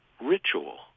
ritual